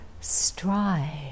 strive